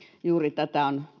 juuri tätä on